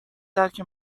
درک